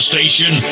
station